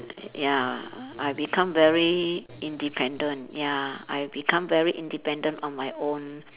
ya I become very independent ya I become very independent on my own